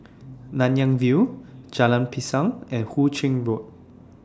Nanyang View Jalan Pisang and Hu Ching Road